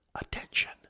attention